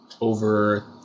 over